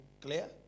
clear